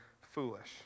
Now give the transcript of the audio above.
foolish